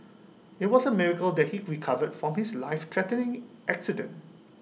IT was A miracle that he recovered from his lifethreatening accident